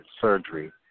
surgery